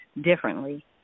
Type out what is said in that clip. differently